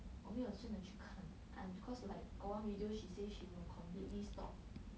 我没有真的的去看 I'm because like got one video she say she will completely stop